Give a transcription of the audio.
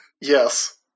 Yes